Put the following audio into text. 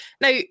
Now